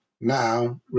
now